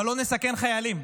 אבל לא נסכן חיילים.